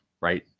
right